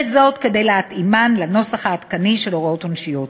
וזאת כדי להתאימן לנוסח העדכני של הוראות עונשיות.